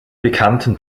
bekannten